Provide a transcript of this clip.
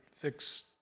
fix